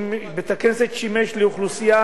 בית-הכנסת שימש אוכלוסייה